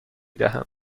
دهم